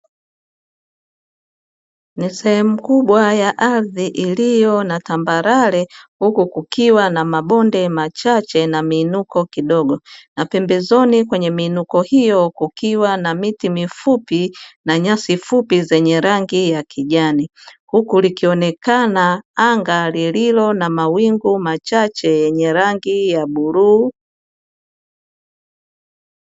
Sehemu kubwa ya ardhi iliyo na tambarare, huku kukiwa na mabonde machache na miinuko kidogo, na pembezoni kwenye miinuko hiyo kukiwa na miti mifupi na nyasi fupi zenye rangi ya kijani; huku likionekana anga lililo na mawingu machache yenye rangi ya bluu.